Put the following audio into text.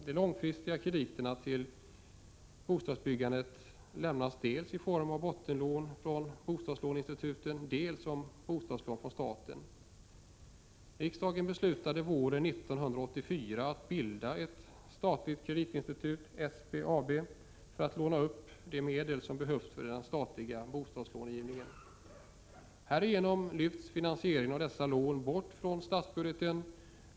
De långfristiga krediterna till bostadsbyggandet lämnas dels i form av bottenlån från bostadslåneinstituten, dels som bostadslån från staten. Riksdagen beslutade våren 1984 att bilda ett statligt kreditinstitut, SBAB, för att låna upp de medel som behövs för den statliga bostadslånegivningen. Härigenom lyfts finansieringen av dessa lån bort från statsbudgeten.